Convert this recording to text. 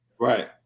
Right